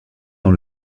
dans